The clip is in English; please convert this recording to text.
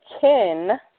Ken